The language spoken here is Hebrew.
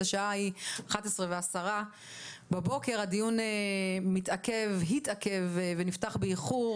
השעה היא 11:10 בבוקר והדיון מתעכב או התעכב ונפתח באיחור